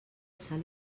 sal